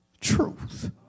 truth